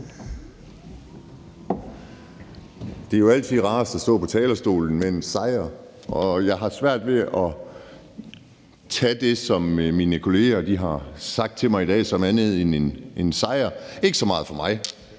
Det er jo altså rarest at stå på talerstolen med en sejr, og jeg har svært ved at tage det, som mine kolleger har sagt til mig i dag, som andet end en sejr – ikke så meget for mig,